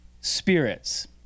spirits